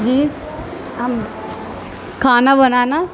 جی ہم کھانا بنانا